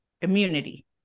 immunity